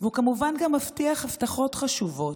והוא גם מבטיח הבטחות חשובות,